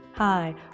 Hi